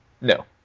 No